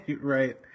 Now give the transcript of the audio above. Right